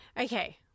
Okay